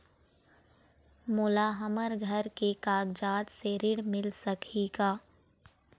मोला हमर घर के कागजात से ऋण मिल सकही का?